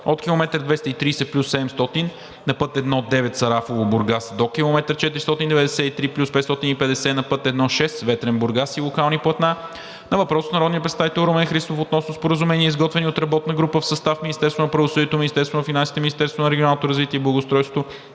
от км 230+700 на път І-9 Сарафово – Бургас до км 493+550 на път І-6 Ветрен – Бургас и локални платна“; - въпрос от Румен Христов относно споразумения, изготвени от работна група в състав Министерството на правосъдието, Министерството на финансите, Министерството на регионалното развитие и благоустройството,